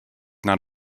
not